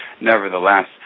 nevertheless